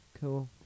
cool